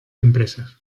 empresas